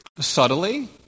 Subtly